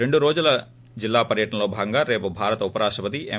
రెండు రోజుల జిల్లా పర్యటనలో భాగంగా రేపు భారత ఉపరాష్ణపతి ఎం